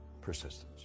persistence